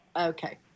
Okay